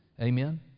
Amen